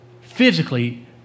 physically